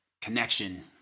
connection